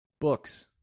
Books